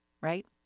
right